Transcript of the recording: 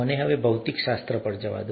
મને હવે ભૌતિકશાસ્ત્ર પર જવા દો